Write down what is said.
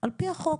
על-פי החוק.